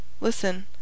Listen